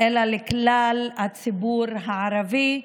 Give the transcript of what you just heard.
אלא לכלל הציבור הערבי,